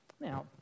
Now